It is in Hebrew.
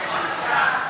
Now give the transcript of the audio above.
לפועל